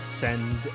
Send